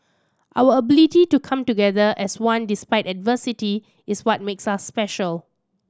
our ability to come together as one despite adversity is what makes us special